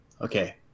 okay